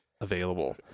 available